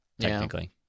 technically